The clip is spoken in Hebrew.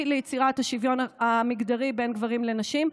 ליצירת השוויון המגדרי בין גברים לנשים,